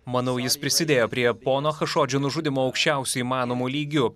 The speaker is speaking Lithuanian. manau jis prisidėjo prie pono chašodžio nužudymo aukščiausiu įmanomu lygiu